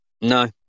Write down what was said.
No